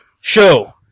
show